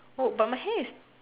oh but my hair is